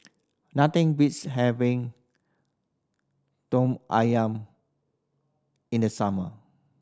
nothing beats having ayam in the summer